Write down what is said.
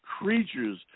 creatures